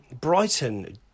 Brighton